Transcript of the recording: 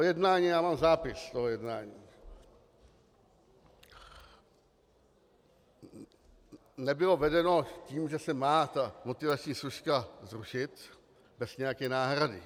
Jednání, já mám zápis z toho jednání, nebylo vedeno tím, že se má ta motivační složka zrušit bez nějaké náhrady.